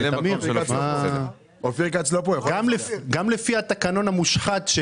גם לפי התקנון המושחת,